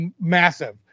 massive